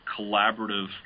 collaborative